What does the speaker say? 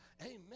Amen